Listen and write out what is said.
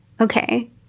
Okay